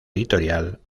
editorial